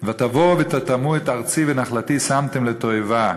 "ותבֹאו ותטמאו את ארצי ונחלתי שמתם לתועבה".